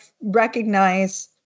recognize